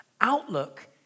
Outlook